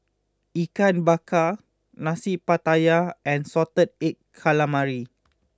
Ikan Bakar Nasi Pattaya and Salted Egg Calamari